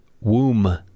womb